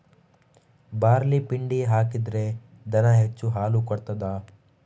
Barley ಪಿಂಡಿ ಹಾಕಿದ್ರೆ ದನ ಹೆಚ್ಚು ಹಾಲು ಕೊಡ್ತಾದ?